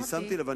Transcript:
שמתי לב.